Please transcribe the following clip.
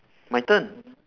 my turn